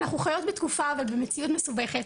אנחנו חיות בתקופה ובמציאות מסובכת,